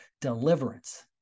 Deliverance